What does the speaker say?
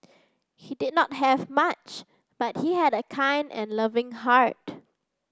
he did not have much but he had a kind and loving heart